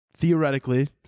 theoretically